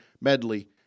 medley